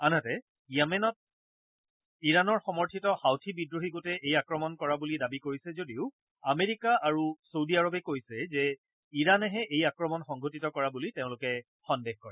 আনহাতে য়ামেনত ইৰাণৰ সমৰ্থিত হাউথি বিদ্ৰোহী গোটে এই আক্ৰমণ কৰা বুলি দাবী কৰিছে যদিও আমেৰিকা আৰু চৌদী আৰৱে কৈছে যে ইৰাণেহে এই আক্ৰমণ সংঘটিত কৰা বুলি তেওঁলোকে সন্দেহ কৰে